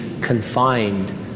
confined